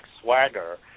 Swagger